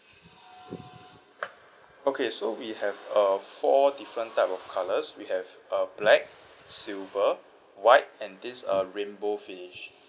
okay so we have uh four different type of colours we have uh black silver white and this uh rainbow finish